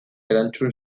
erantzun